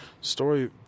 story